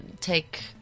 take